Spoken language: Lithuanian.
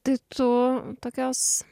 tai tu tokios